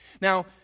Now